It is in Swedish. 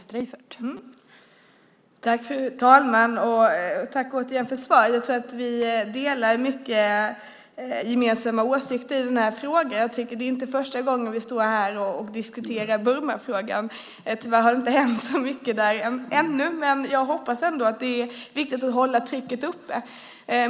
Fru talman! Jag tackar återigen för svaret. Jag tror att vi delar många åsikter i den här frågan. Det är inte första gången vi står och diskuterar Burmafrågan. Det har inte hänt så mycket ännu, men jag tror att det ändå är viktigt att hålla trycket uppe.